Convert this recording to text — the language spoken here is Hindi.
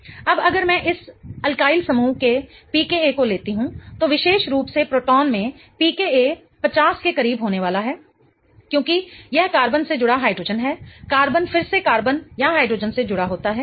अब अगर मैं इस अल्किल समूह के pKa को लेती हूं तो विशेष रूप से प्रोटॉन में pKa 50 के करीब होने वाला है क्योंकि यह कार्बन से जुड़ा हाइड्रोजन है कार्बन फिर से कार्बन या हाइड्रोजेन से जुड़ा होता है